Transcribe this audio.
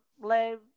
live